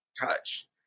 touch